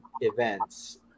events